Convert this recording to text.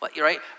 Right